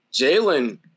Jalen